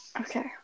Okay